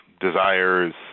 desires